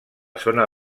zona